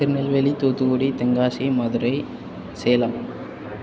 Tirunelveli Thoothukudi Tenkasi Madurai Salem